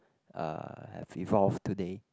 uh have evolved today